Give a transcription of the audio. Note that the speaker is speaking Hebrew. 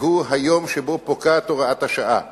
שהוא היום שבו הוראת השעה פוקעת.